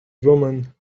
woman